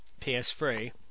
PS3